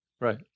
Right